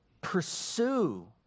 pursue